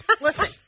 Listen